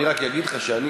אני רק אגיד לך שאתמול